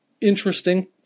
Interesting